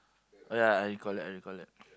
oh ya I recollect I recollect